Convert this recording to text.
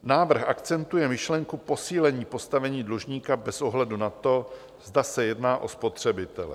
Návrh akcentuje myšlenku posílení postavení dlužníka bez ohledu na to, zda se jedná o spotřebitele.